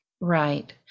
Right